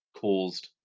caused